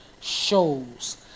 shows